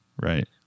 right